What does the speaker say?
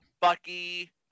Bucky